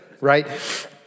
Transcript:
right